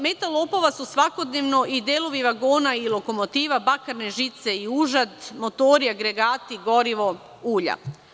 Meta lopova su svakodnevno i delovi vagona i lokomotiva, bakarne žice i užad, motori, agregati, gorivo, ulja.